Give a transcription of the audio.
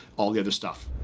all the other stuff.